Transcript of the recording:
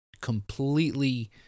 completely